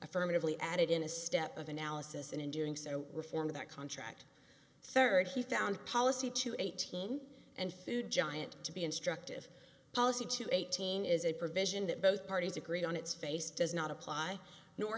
affirmatively added in a step of analysis and in doing so reform that contract third he found policy to eighteen and food giant to be instructive policy to eighteen is a provision that both parties agreed on its face does not apply nor